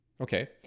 Okay